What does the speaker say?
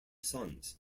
sons